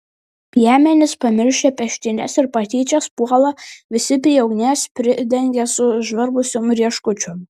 piemenys pamiršę peštynes ir patyčias puola visi prie ugnies pridengia sužvarbusiom rieškučiom